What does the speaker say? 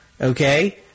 okay